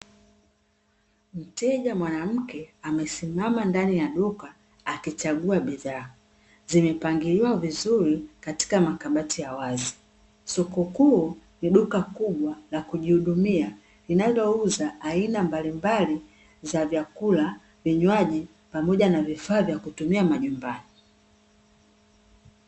Mteja mwanamke amesimama ndani ya duka akichagua bidhaa, zimepangiliwa vizuri katika makabati ya wazi. Soko kuu ni duka kubwa la kujihudumia linalouza aina mbalimbali za vyakula, vinywaji pamoja na vifaa vya kutumia majumbani.